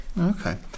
Okay